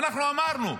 ואנחנו אמרנו: